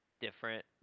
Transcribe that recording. different